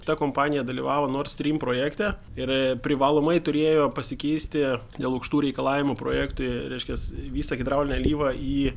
ta kompanija dalyvavo nord stream projekte ir privalomai turėjo pasikeisti dėl aukštų reikalavimų projektui reiškias visa hidraulinė alyva į